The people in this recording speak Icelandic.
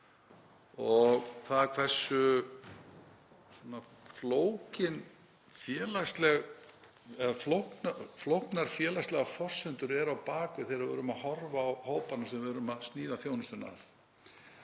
og það hversu flóknar félagslegar forsendur eru á bak við þegar við erum að horfa á hópana sem við erum að sníða þjónustuna að